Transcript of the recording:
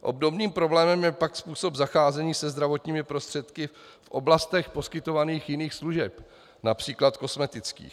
Obdobným problémem je pak způsob zacházení se zdravotními prostředky v oblastech poskytovaných jiných služeb, například kosmetických.